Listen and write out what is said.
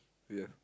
yeah